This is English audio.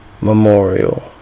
memorial